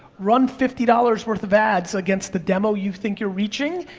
run fifty dollars worth of ads against the demo you think you're reaching,